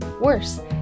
Worse